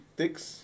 Thicks